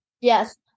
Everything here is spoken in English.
Yes